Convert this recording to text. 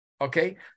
okay